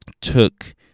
took